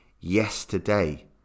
yesterday